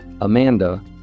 Amanda